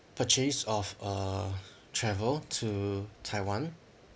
purchase of a travel to taiwan